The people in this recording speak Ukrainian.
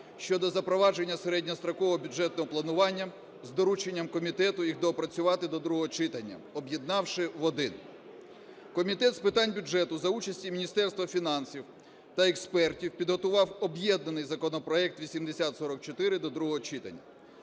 (щодо запровадження середньострокового бюджетного планування) з дорученням комітету їх доопрацювати до другого читання, об'єднавши в один. Комітет з питань бюджету за участі Міністерства фінансів та експертів підготував об'єднаний законопроект 8044 до другого читання.